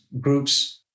groups